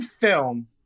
film